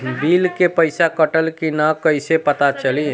Bill के पइसा कटल कि न कइसे पता चलि?